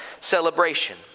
celebration